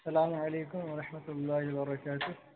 السلام علیکم ورحمت اللہ و برکاتہ